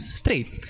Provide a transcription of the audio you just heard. straight